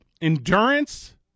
Endurance